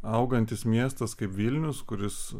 augantis miestas kaip vilnius kuris